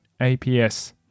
APS